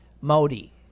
Modi